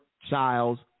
child's